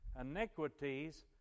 Iniquities